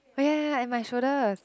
oh ya ya ya in my shoulders